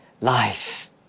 life